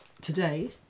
Today